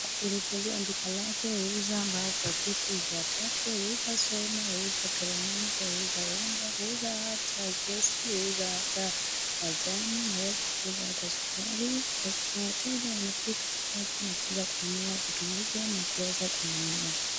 Alifungua duka lake huuza baadhi ya vitu zifuatavyo huuza soda, huuza peremende, huuza unga, huuza hata gesi, huuza hata majani na anaweza ata huuza sukari na wateja wanafika kwake na kuweza kununua vitu hizo na huweza kumuinua.